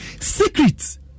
Secrets